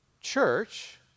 church